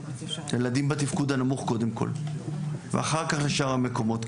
הילדים בתפקוד הנמוך קודם כל ואחר כך לשאר המקומות.